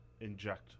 Inject